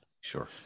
Sure